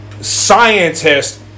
Scientist